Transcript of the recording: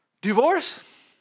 Divorce